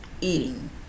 eating